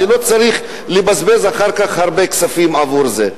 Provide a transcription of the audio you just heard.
שלא צריך אחר כך לבזבז הרבה כספים עבור זה.